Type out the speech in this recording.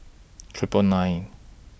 Triple nine